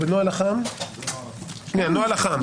בנוהל אח"מ,